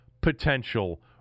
potential